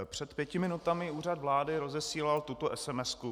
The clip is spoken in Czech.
Před pěti minutami Úřad vlády rozesílal tuto sms.